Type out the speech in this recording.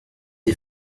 des